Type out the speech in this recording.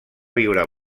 viure